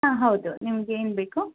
ಆ ಹೌದು ನಿಮಗೇನು ಬೇಕು